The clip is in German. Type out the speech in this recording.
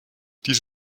dies